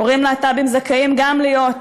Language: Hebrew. הורים להט"בים זכאים גם הם להיות